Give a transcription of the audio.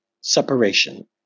separation